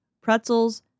pretzels